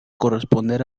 corresponder